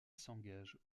s’engage